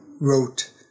wrote